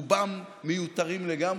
רובם מיותרים לגמרי.